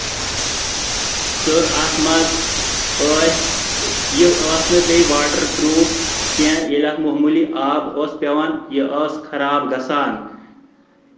تہٕ اَتھ منٛز ٲسۍ یہِ ٲس نہٕ بیٚیہِ واٹر پروٗف کیٚنٛہہ ییٚلہِ اَتھ معموٗلی آب اوس پیوان یہِ ٲس خراب گژھان